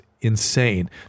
insane